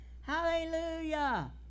Hallelujah